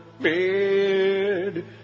bed